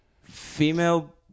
female